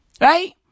right